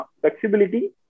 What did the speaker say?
flexibility